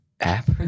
app